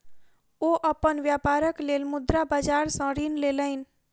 ओ अपन व्यापारक लेल मुद्रा बाजार सॅ ऋण लेलैन